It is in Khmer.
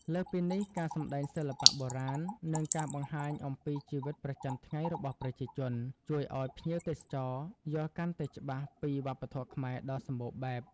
លើសពីនេះ ការសម្តែងសិល្បៈបុរាណ និងការបង្ហាញអំពីជីវិតប្រចាំថ្ងៃរបស់ប្រជាជន ជួយឲ្យភ្ញៀវទេសចរយល់កាន់តែច្បាស់ពីវប្បធម៌ខ្មែរដ៏សម្បូរបែប។